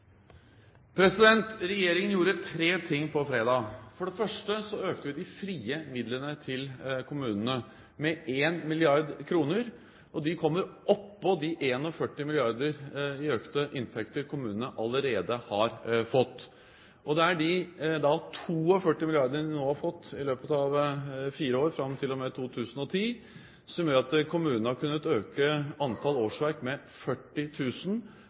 Regjeringen gjorde tre ting på fredag. For det første økte vi de frie midlene til kommunene med 1 mrd. kr, og de kommer oppå de 41 milliardene i økte inntekter som kommunene allerede har fått. Det er da disse 42 milliardene som de nå har fått i løpet av fire år – fram til og med 2010 – som gjør at kommunene har kunnet øke antall årsverk med